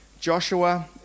Joshua